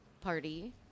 party